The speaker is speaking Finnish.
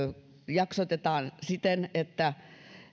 jaksotetaan siten että